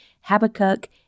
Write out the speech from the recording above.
Habakkuk